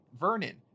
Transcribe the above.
Vernon